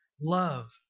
love